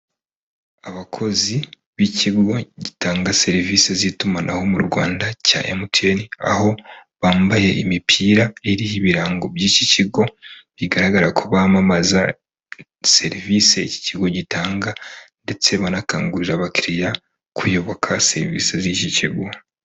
Abakozi b'ikigo gitanga serivisi z'itumanaho mu Rwanda cya MTN, aho bambaye imipira iriho ibirango by'iki kigo, bigaragara ko bamamaza serivisi iki kigo gitanga, ndetse banakangurira abakiriya kuyoboka serivisi z'iki kigo.